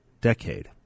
decade